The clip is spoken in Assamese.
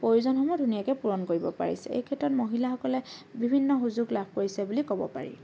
প্ৰয়োজনসমূহ ধুনীয়াকৈ পূৰণ কৰিব পাৰিছে এই ক্ষেত্ৰত মহিলাসকলে বিভিন্ন সুযোগ লাভ কৰিছে বুলি ক'ব পাৰি